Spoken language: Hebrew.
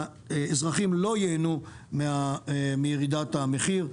האזרחים לא ייהנו מירידת המחיר.